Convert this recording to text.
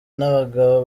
n’abagabo